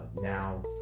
now